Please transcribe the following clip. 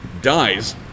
Dies